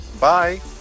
Bye